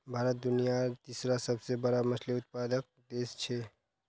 भारत दुनियार तीसरा सबसे बड़ा मछली उत्पादक देश छे